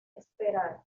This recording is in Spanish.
esperar